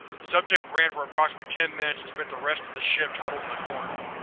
subject ran for approximately ten minutes and spent the rest of the shift huddled in a corner.